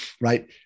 right